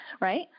right